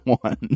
one